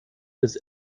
des